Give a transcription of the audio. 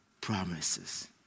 promises